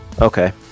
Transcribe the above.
Okay